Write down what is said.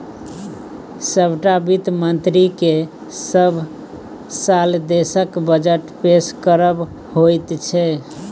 सभटा वित्त मन्त्रीकेँ सभ साल देशक बजट पेश करब होइत छै